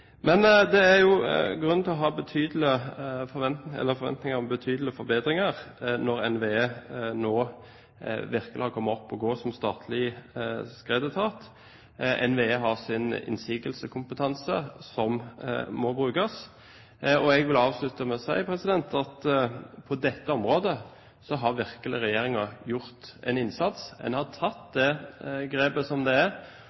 Men det er jo grunn til å ha forventninger om betydelige forbedringer nå når NVE virkelig har kommet opp å stå som statlig skredetat. NVE har sin innsigelseskompetanse, som må brukes. Jeg vil avslutte med å si at på dette området har regjeringen virkelig gjort en innsats. En har tatt det grepet som det er